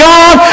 God